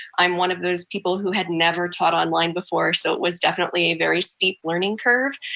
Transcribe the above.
i'm one of those people who had never taught online before, so it was definitely a very steep learning curve.